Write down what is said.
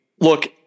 Look